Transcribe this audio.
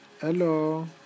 hello